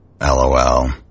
LOL